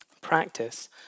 Practice